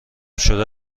شده